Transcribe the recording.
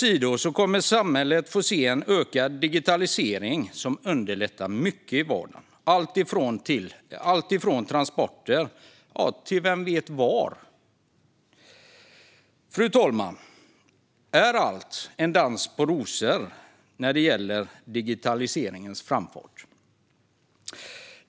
Samhället kommer att få se en ökad digitalisering som underlättar mycket i vardagen, alltifrån transporter till vem vet vad. Fru talman! Är allt en dans på rosor med digitaliseringens framfart?